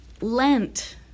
Lent